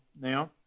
now